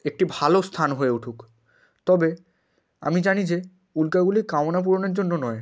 একটি ভালো স্থান হয়ে উঠুক তবে আমি জানি যে উল্কাগুলি কামনা পূরণের জন্য নয়